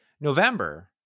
November